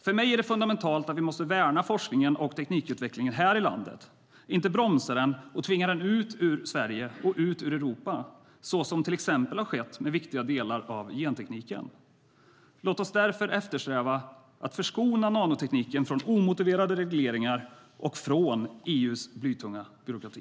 För mig är det fundamentalt att vi måste värna forskningen och teknikutvecklingen här i landet, inte bromsa den och tvinga den ut ur Sverige och ut ur Europa, såsom till exempel har skett med viktiga delar av gentekniken. Låt oss därför eftersträva att förskona nanotekniken från omotiverade regleringar och från EU:s blytunga byråkrati.